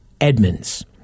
Edmonds